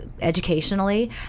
educationally